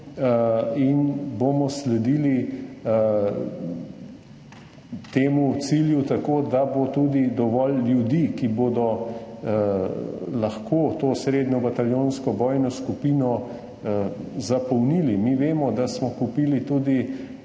in bomo sledili temu cilju, tako da bo tudi dovolj ljudi, ki bodo lahko to srednjo bataljonsko bojno skupino zapolnili. Mi vemo, da smo kupili tudi